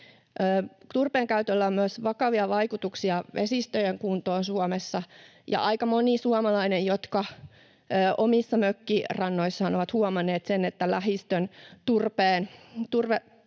Turpeen käytöllä on myös vakavia vaikutuksia vesistöjen kuntoon Suomessa, ja aika monet suomalaiset, jotka omissa mökkirannoissaan ovat huomanneet sen, että lähistön